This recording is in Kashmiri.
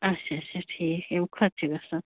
اچھا اچھا ٹھیٖک اَمہِ کھۄتہٕ چھِ گَژھان